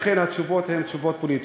לכן התשובות הן תשובות פוליטיות.